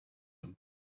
him